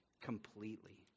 completely